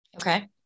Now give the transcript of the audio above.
Okay